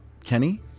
Kenny